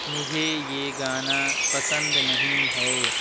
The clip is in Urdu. مجھے یہ گانا پسند نہیں ہے